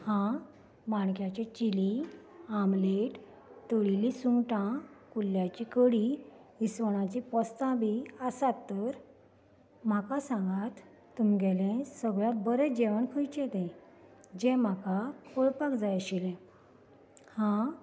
हा माणक्याचें chili omelette तळिल्लीं सुंगटां कुल्ल्याची कडी इस्वणाचीं पोस्तां बी आसात तर म्हाका सांंगांत तुमगेलें सगळ्यांत बरें जेवण खंयचें तें जें म्हाका कळपाक जाय आशिल्लें हा